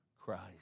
Christ